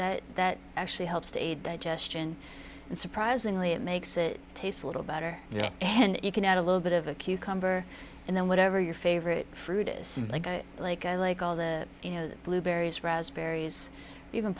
that that actually helps to aid digestion and surprisingly it makes it taste a little better you know and you can add a little bit of a cucumber and then whatever your favorite fruit is like i like i like all the you know the blueberries raspberries even